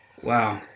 wow